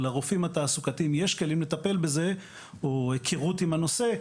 לרופאים התעסוקתיים יש כלים לטפל בזה או היכרות עם הנושא,